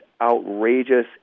outrageous